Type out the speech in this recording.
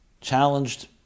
Challenged